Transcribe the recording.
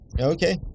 Okay